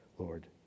Lord